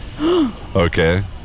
Okay